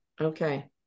Okay